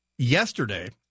Yesterday